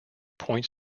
points